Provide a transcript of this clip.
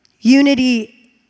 Unity